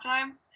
time